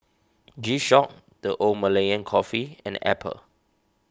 G Shock the Old Malaya Cafe and Apple